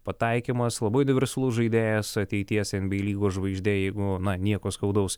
pataikymas labai universalus žaidėjas ateities enbyei lygos žvaigždė jeigu nieko skaudaus